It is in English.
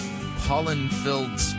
pollen-filled